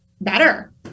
better